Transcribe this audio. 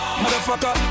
motherfucker